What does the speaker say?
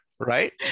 Right